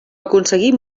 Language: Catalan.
aconseguí